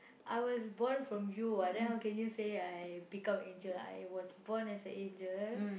I was born from you [what] then how can you say I become angel I was born as a angel